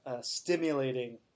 stimulating